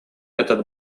этот